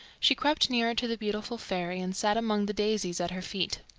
she crept nearer to the beautiful fairy and sat among the daisies at her feet.